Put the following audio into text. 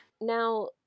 Now